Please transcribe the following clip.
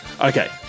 Okay